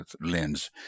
lens